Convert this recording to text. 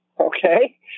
okay